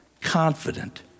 confident